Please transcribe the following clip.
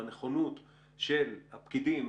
בנכונות של הפקידים,